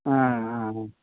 ஆ ஆ ஆ